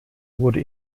wurde